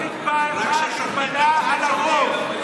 מהי ההגבלה על הרוב?